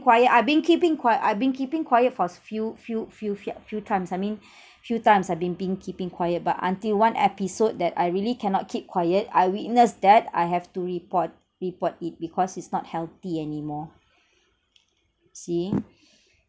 quiet I've been keeping quiet I've been keeping quiet for a few few few few few times I mean few times I've been been keeping quiet but until one episode that I really cannot keep quiet I witnessed that I have to report report it because it's not healthy anymore see